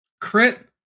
crit